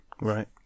Right